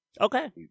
Okay